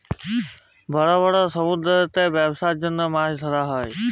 বড় বড় সমুদ্দুরেতে ব্যবছার জ্যনহে মাছ ধ্যরা হ্যয়